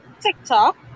TikTok